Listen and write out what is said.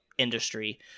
industry